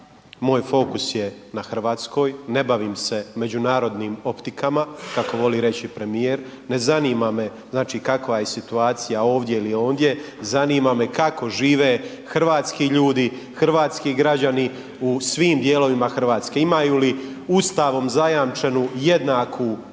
moj fokus je na RH, ne bavim se međunarodnim optikama kako voli reći premijer, ne zanima me znači kakva je situacija ovdje ili ondje, zanima me kako žive hrvatski ljudi, hrvatski građani u svim dijelovima RH, imaju li Ustavom zajamčenu jednaku